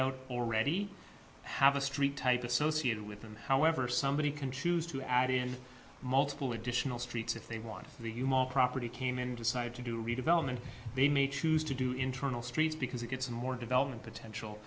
out already have a street type associated with them however somebody can choose to add in multiple additional streets if they want the humam property came in decide to do redevelopment they may choose to do internal streets because it gets more development potential